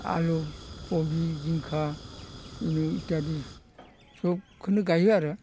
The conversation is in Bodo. आलु कबि जिंखा एनु इद्थादि सबखौनो गायो आरो